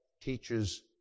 teaches